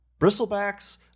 bristlebacks